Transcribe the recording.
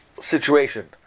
situation